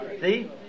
See